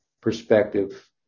perspective